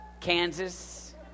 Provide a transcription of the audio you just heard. Kansas